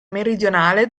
meridionale